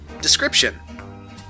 Description